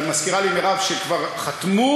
ומזכירה לי מרב שכבר חתמו,